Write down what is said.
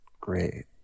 great